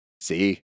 See